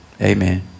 Amen